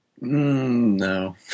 No